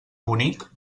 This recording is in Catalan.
bonic